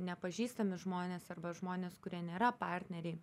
nepažįstami žmonės arba žmonės kurie nėra partneriai